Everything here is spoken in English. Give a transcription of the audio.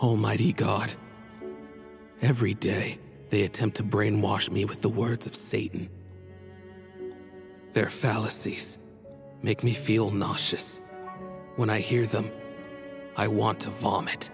mighty god every day they attempt to brainwash me with the words of satan their fallacies make me feel nauseous when i hear them i want to vom